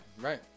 right